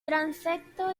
transepto